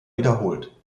wiederholt